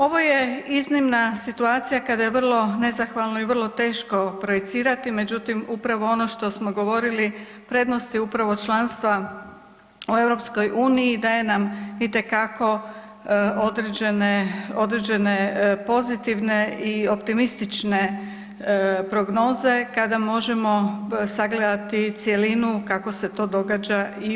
Ovo je iznimna situacija kada je vrlo nezahvalno i vrlo teško projicirati međutim upravo ono što smo govorili prednost je upravo članstva u EU daje nam određene pozitivne i optimistične prognoze kada možemo sagledati cjelinu kako se to događa i u EU.